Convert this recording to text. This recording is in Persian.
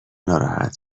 ناراحت